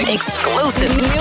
Exclusive